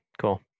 Cool